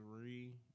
three